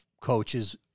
coaches